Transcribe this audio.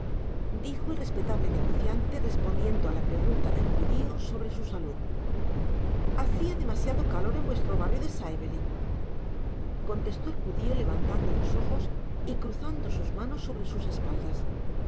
dijo el respetable negociante respondiendo á la pregunta del judio sobre su salud hacia demasiado calor en vuestro barrio sively contestó el judio levantando los ojos y cruzando sus manos sobre sus espaldas